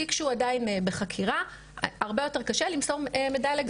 תיק שהוא עדיין בחקירה הרבה יותר קשה למסור מידע לגביו.